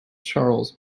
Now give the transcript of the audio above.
charles